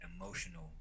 emotional